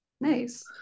Nice